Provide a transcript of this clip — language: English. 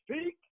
Speak